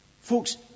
Folks